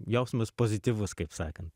jausmas pozityvus kaip sakant